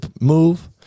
move